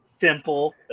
simple